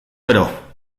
gero